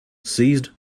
seized